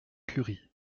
curie